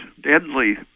deadly